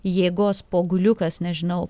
jėgos poguliukas nežinau